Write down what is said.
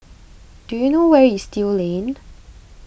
do you know where is Still Lane